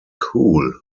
cool